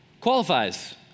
qualifies